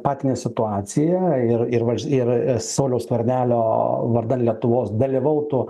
patinę situaciją ir ir ir sauliaus skvernelio vardan lietuvos dalyvautų